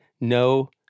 no